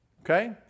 Okay